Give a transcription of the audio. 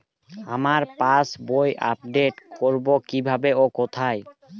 আমার পাস বইটি আপ্ডেট কোরবো কীভাবে ও কোথায়?